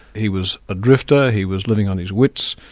he was a drifter, he was living on his wits.